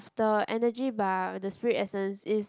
the energy bar the spirit essence is